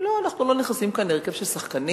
לא, אנחנו לא נכנסים כאן להרכב של שחקנים.